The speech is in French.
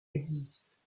existent